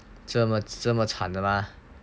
这么这么惨的 mah